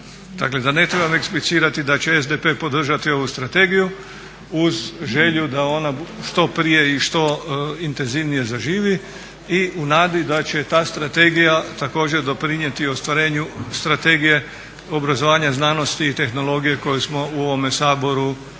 dakle da ne trebam eksplicirati da SDP podržati ovu strategiju uz želju da ona što prije i što intenzivnije zaživi i u nadi da će ta strategija također doprinijeti ostvarenju Strategije obrazovanja, znanosti i tehnologije koju smo u ovome Saboru donijeli.